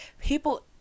People